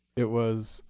it was.